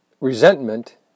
Resentment